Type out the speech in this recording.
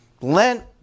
Lent